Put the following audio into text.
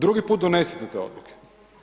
Drugi put donesite te Odluke.